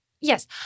Yes